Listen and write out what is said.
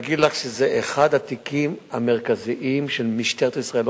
אני רוצה להגיד לך שזה אחד התיקים המרכזיים של משטרת ישראל,